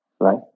right